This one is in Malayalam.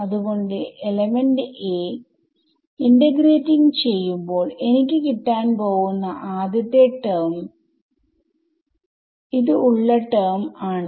അത്കൊണ്ട് എലമെന്റ് aഇന്റഗ്രേറ്റിംഗ് ചെയ്യുമ്പോൾ എനിക്ക് കിട്ടാൻ പോവുന്ന ആദ്യത്തെ ടെർമ് ഉള്ള ടെർമ് ആണ്